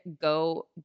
go